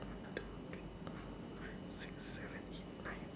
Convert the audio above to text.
one two three four five six seven eight nine